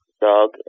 dog